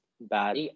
bad